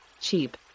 cheap